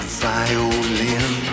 violin